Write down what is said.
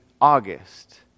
August